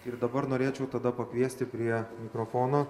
ir dabar norėčiau tada pakviesti prie mikrofono